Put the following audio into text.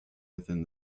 within